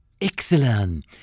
Excellent